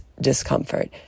discomfort